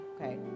Okay